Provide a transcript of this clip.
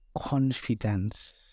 confidence